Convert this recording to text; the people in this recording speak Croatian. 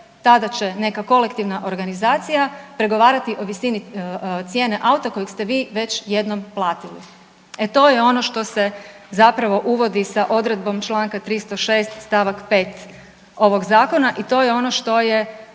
tada će neka kolektivna organizacija pregovarati o visini cijene auta kojeg ste vi već jednom platili. E to je ono što se zapravo uvodi sa odredbom čl. 306. st. 5. ovog zakona i to je ono što je